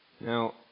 Now